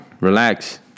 relax